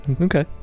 Okay